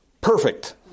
perfect